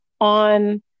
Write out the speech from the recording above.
on